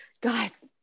guys